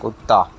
कुत्ता